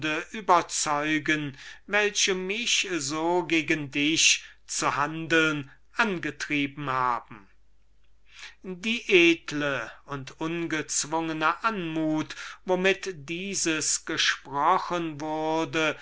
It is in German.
überzeugen welche mich so gegen dich zu handeln angetrieben haben die edle und ungezwungene anmut womit dieses gesprochen wurde